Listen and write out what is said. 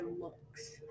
looks